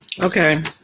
Okay